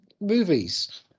movies